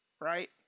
right